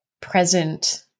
present